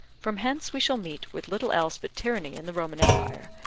from hence we shall meet with little else but tyranny in the roman empire,